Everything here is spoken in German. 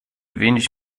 wenig